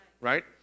Right